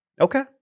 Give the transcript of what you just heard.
Okay